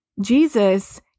Jesus